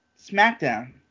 SmackDown